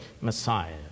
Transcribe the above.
Messiah